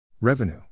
Revenue